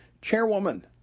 chairwoman